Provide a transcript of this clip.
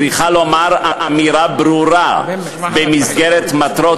צריכה לומר אמירה ברורה במסגרת מטרות